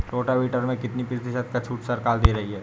Rotavator में कितनी प्रतिशत का छूट सरकार दे रही है?